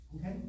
Okay